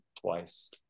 twice